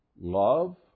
Love